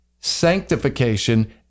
sanctification